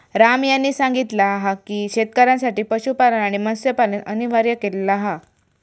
राम यांनी सांगितला हा की शेतकऱ्यांसाठी पशुपालन आणि मत्स्यपालन अनिवार्य केलेला हा